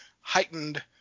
heightened